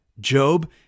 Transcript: Job